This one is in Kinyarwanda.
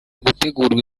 gutegurwa